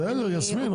בסדר יסמין,